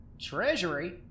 Treasury